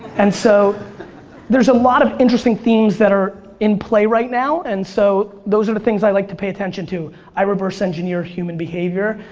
and so there's a lot of interesting themes that are in play right now, and so those are the things that i like to pay attention to. i reverse engineer human behavior,